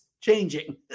changing